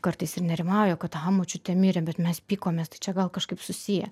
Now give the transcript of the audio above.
kartais ir nerimauja kad aha močiutė mirė bet mes pykomės tai čia gal kažkaip susiję